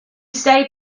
stayed